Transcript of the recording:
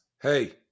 hey